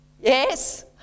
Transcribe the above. yes